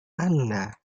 anda